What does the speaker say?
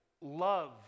love